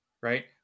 right